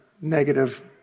negative